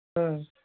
ꯎꯝ